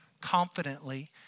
confidently